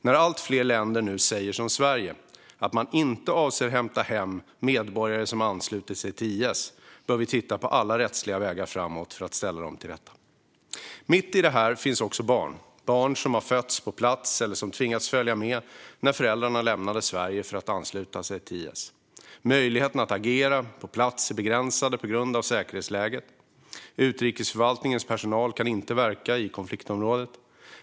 När allt fler länder nu säger som Sverige att man inte avser att hämta hem medborgare som anslutit sig till IS bör vi titta på alla rättsliga vägar framåt för att ställa dem inför rätta. Mitt i detta finns också barn, barn som har fötts på plats eller som tvingats följa med när föräldrarna lämnade Sverige för att ansluta sig till IS. Möjligheterna att agera på plats är begränsade på grund av säkerhetsläget. Utrikesförvaltningens personal kan inte verka i konfliktområdet.